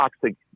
toxic